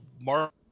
Mark